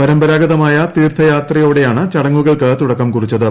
പരമ്പരാഗതമായ തീർത്ഥയാത്രയോടെയാണ് ചടങ്ങുകൾക്ക് തുടക്കം കുറിച്ചത്